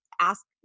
ask